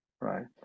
right